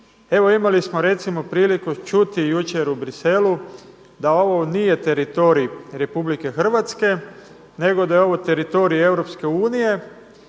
Evo imali smo recimo priliku čuti jučer u Bruxellesu da ovo nije teritorij RH nego sa je ovo teritorij EU pa to